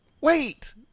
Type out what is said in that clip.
Wait